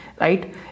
right